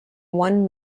one